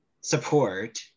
support